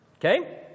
Okay